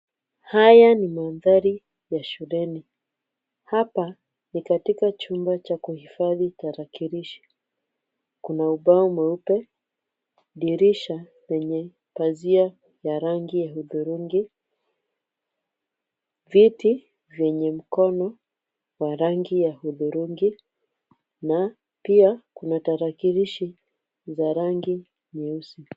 Haya ni mandhari ya shuleni. Hapa ni katika chumba cha kuhifadhi tarakilishi. Kuna ubao mweupe, dirisha lenye pazia ya rangi ya hudhurungi, viti vyenye mkono wa rangi ya hudhurungi, na pia kuna tarakilishi za rangi nyeusi.